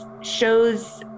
shows